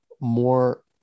more